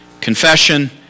confession